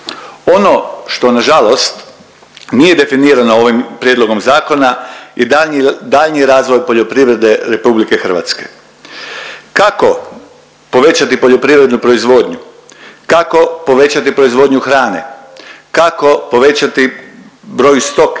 Ono što nažalost nije definirano ovim prijedlogom zakona je daljnji razvoj poljoprivrede RH. Kako povećati poljoprivrednu proizvodnju? Kako povećati proizvodnju hrane? Kako povećati broj stoke?